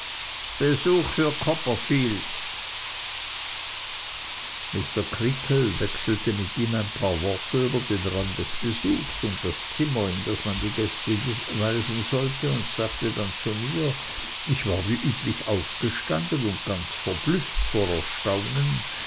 besuch für copperfield mr creakle wechselte mit ihm ein paar worte über den rang des besuchs und das zimmer in das man die gäste weisen sollte und sagte dann zu mir ich war wie üblich aufgestanden und ganz verblüfft vor erstaunen